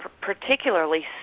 particularly